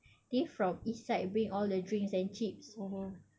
they from east side bring all the drinks and chips